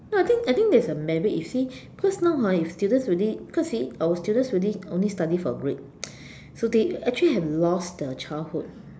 no I think I think there is a merit you see because now hor if the students already because our students already only study for grade so they actually have lost their childhood